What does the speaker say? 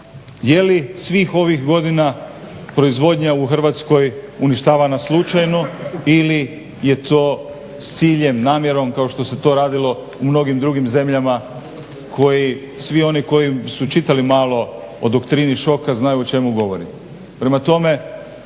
Je li svih ovih godina proizvodnja u Hrvatskoj uništava nas slučajno ili je to s ciljem, namjerom kao što se to radilo u mnogim drugim zemljama koji svi oni koji su čitali malo o doktrini šoka znaju o čemu govorim.